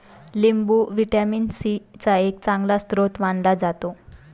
लिंबू vitamin C चा एक चांगला स्रोत मानला जातो